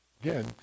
Again